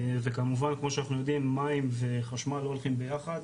וכמובן כמו שאנחנו יודעים מים וחשמל לא הולכים ביחד,